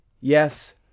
Yes